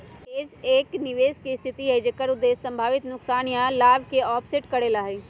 hedge एक निवेश के स्थिति हई जेकर उद्देश्य संभावित नुकसान या लाभ के ऑफसेट करे ला हई